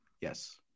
Yes